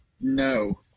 No